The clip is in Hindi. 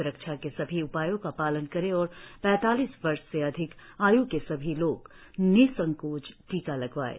स्रक्षा के सभी उपायों का पालन करें और पैतालीस वर्ष से अधिक आय् के सभी लोग निसंकोच टीका लगवाएं